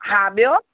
हा ॿियो